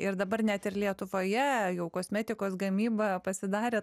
ir dabar net ir lietuvoje jau kosmetikos gamyba pasidarė